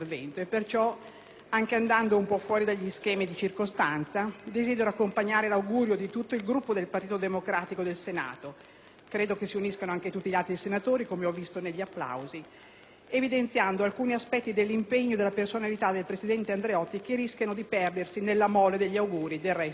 anche andando un po' fuori dagli schemi di circostanza, desidero accompagnare l'augurio di tutto il Gruppo del Partito Democratico del Senato - ma credo di poter dire di tutti i senatori, come ho visto dagli applausi - evidenziando alcuni aspetti dell'impegno e della personalità del presidente Andreotti, che rischiano di perdersi nella mole degli auguri, del resto meritatissimi.